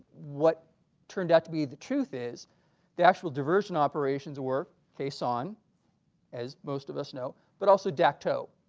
what turned out to be the truth is the actual diversion operations worked khe sanh as most of us know but also dak to,